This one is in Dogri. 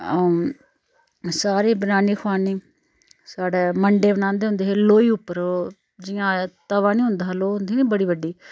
आ'ऊं सारे बनानी खोआनी साढ़ै मंडे बनांदे होंदे हे लोई उप्पर ओह् जियां तवा नी होंदा हा ल्हो होंदी नी बड़ी बड्डी